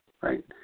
right